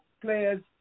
players